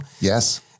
Yes